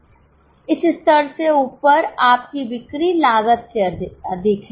इस स्तर से ऊपर आपकी बिक्री लागत से अधिक है